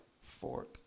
fork